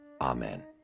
Amen